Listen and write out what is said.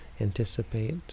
anticipate